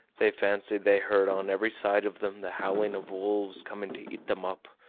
they fancied they heard on every side of them the howling of wolves coming to eat them up.